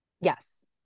Yes